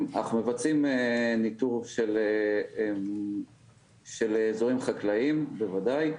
אנחנו מבצעים ניטור של אזורים חקלאיים, בוודאי.